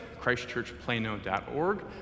christchurchplano.org